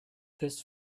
this